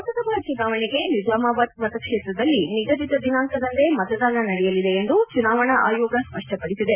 ಲೋಕಸಭಾ ಚುನಾವಣೆಗೆ ನಿಜಾಮಾಬಾದ್ ಮತಕ್ಷೇತ್ರದಲ್ಲಿ ನಿಗದಿತ ದಿನಾಂಕದಂದೇ ಮತದಾನ ನಡೆಯಲಿದೆ ಎಂದು ಚುನಾವಣಾ ಆಯೋಗ ಸ್ವಷ್ತಪಡಿಸಿದೆ